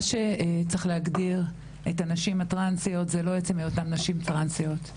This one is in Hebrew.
מה שצריך להגדיר את הנשים הטרנסיות זה לא עצם היותן נשים טרנסיות,